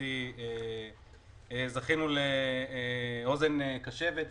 לשמחתי זכינו לאוזן קשבת,